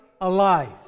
alive